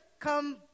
Come